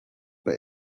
will